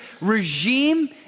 regime